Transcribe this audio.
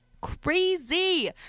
crazy